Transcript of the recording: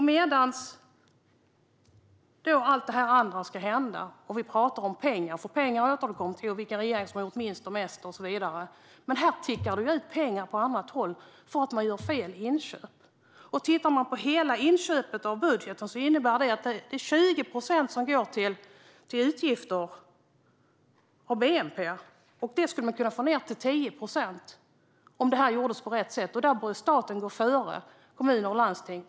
Medan allt det andra ska hända och vi pratar om pengar - för vi återkommer till pengar liksom till vilka regeringar som har gjort minst och mest och så vidare - tickar det ut pengar på annat håll därför att man har gjort fel inköp. Om man tittar på hela inköpet och budgeten ser man att 20 procent går till utgifter och bnp. Detta skulle man kunna få ned till 10 procent om det gjordes på rätt sätt. Där borde staten gå före kommuner och landsting.